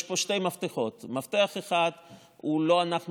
יש פה שני מפתחות: מפתח אחד לא אנחנו